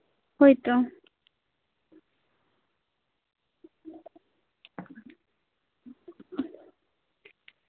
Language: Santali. ᱦᱳᱭ ᱛᱚ